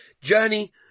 journey